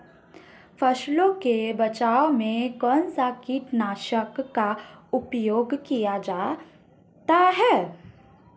फसलों के बचाव में कौनसा कीटनाशक का उपयोग किया जाता है?